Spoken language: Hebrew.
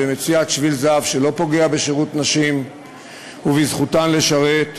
במציאת שביל זהב שלא פוגע בשירות נשים ובזכותן לשרת,